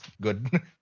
good